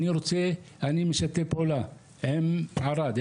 אני משתף פעולה עם ערד,